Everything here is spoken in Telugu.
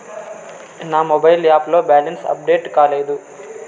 నా మొబైల్ యాప్ లో బ్యాలెన్స్ అప్డేట్ కాలేదు